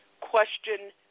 question